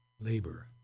labor